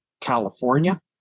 California